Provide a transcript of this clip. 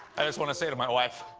i just want to say to my wife,